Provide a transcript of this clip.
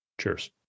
Cheers